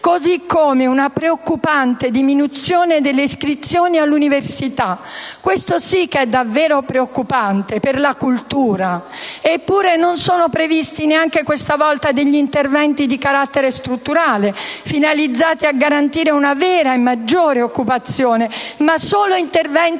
così come una diminuzione delle iscrizioni all'università. Questo sì che è davvero preoccupante per la cultura. Eppure non sono previsti neanche questa volta degli interventi di carattere strutturale, finalizzati a garantire una vera e maggiore occupazione, ma solo degli interventi